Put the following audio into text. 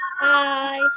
Bye